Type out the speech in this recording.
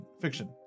fiction